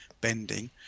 bending